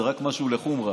זה רק משהו לחומרה.